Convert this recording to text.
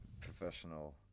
professional